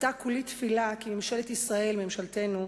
עתה כולי תפילה כי ממשלת ישראל, ממשלתנו,